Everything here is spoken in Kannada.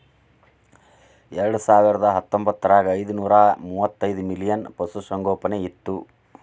ಎರೆಡಸಾವಿರದಾ ಹತ್ತೊಂಬತ್ತರಾಗ ಐದನೂರಾ ಮೂವತ್ತೈದ ಮಿಲಿಯನ್ ಪಶುಸಂಗೋಪನೆ ಇತ್ತು